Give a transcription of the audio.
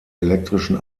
elektrischen